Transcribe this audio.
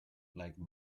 like